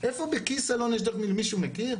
איפה בכיסלון יש דרך מילוט, מישהו מכיר?